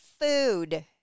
food